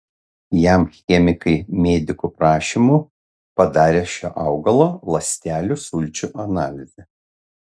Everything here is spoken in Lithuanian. jam chemikai medikų prašymu padarė šio augalo ląstelių sulčių analizę